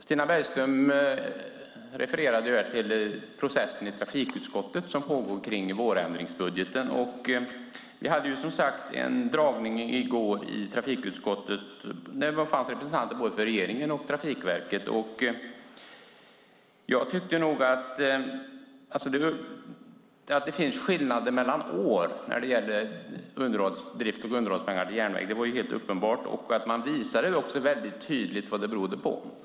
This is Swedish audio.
Stina Bergström refererade till processen som pågår i trafikutskottet kring vårändringsbudgeten. Vi hade som sagt en dragning i trafikutskottet i går med representanter för både regeringen och Trafikverket. Att det finns skillnader mellan år när det gäller drift och underhållspengar till järnväg var helt uppenbart, och man visade väldigt tydligt vad det berodde på.